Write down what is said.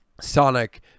sonic